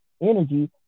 Energy